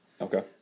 Okay